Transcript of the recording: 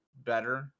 better